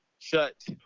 shut